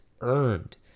earned